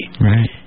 Right